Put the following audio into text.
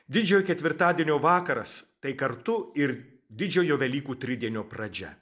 didžiojo ketvirtadienio vakaras tai kartu ir didžiojo velykų tridienio pradžia